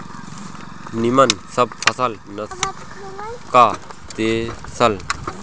निमन सब फसल नाश क देहलस